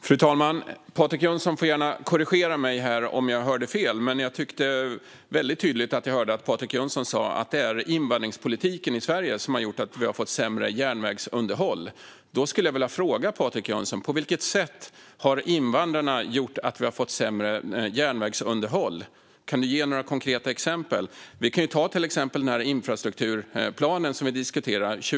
Fru talman! Patrik Jönsson får gärna korrigera mig om jag hörde fel. Men jag hörde tydligt att Patrik Jönsson sa att det är Sveriges invandringspolitik som har lett till att vi har fått sämre järnvägsunderhåll. Då vill jag fråga Patrik Jönsson: På vilket sätt har invandrarna gjort så att vi har fått sämre järnvägsunderhåll? Kan du ge några konkreta exempel? Vi kan ta infrastrukturplanen som vi diskuterar som exempel.